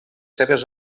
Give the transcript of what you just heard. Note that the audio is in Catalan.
seves